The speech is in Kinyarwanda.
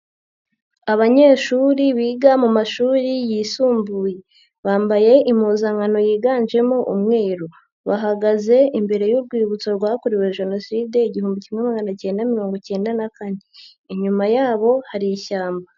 Abanyeshuri biga mu mashuri yisumbuye, bambaye impuzankano yiganjemo umweru, bahagaze imbere y'urwibutso rwakorewe Jenoside igihumbi kimwe magana cyenda mirongo icyenda na kane, inyuma yabo hari ishyamba.